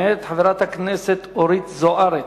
מאת חברת הכנסת אורית זוארץ,